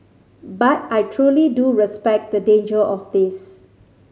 but I truly do respect the danger of this